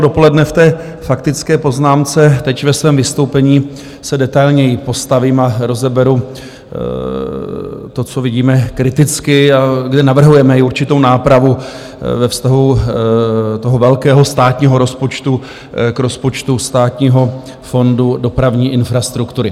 Dopoledne jsem to avizoval ve faktické poznámce, teď ve svém vystoupení se detailněji postavím a rozeberu to, co vidíme kriticky a kde navrhujeme i určitou nápravu ve vztahu velkého státního rozpočtu k rozpočtu Státního fondu dopravní infrastruktury.